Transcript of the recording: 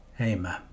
amen